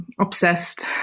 obsessed